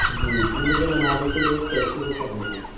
جی جی مجھے منالی کے لیے ایک ٹیکسی بک کرنی تھی